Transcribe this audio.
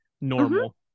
normal